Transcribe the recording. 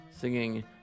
singing